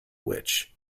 witch